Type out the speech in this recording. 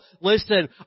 listen